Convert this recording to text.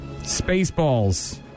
Spaceballs